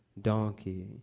donkey